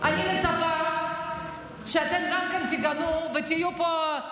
אני מצפה שגם אתם תגנו ותהיו פה,